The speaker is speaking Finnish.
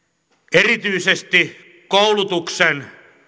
erityisesti koulutuksen